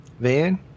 Van